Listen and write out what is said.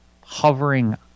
hovering